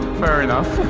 fair enough.